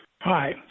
Hi